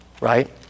right